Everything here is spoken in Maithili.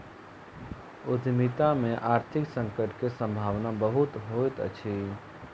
उद्यमिता में आर्थिक संकट के सम्भावना बहुत होइत अछि